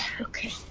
okay